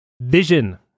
Vision